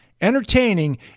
entertaining